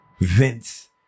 Vince